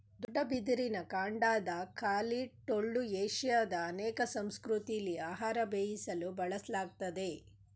ದೊಡ್ಡ ಬಿದಿರಿನ ಕಾಂಡದ ಖಾಲಿ ಟೊಳ್ಳು ಏಷ್ಯಾದ ಅನೇಕ ಸಂಸ್ಕೃತಿಲಿ ಆಹಾರ ಬೇಯಿಸಲು ಬಳಸಲಾಗ್ತದೆ